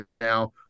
now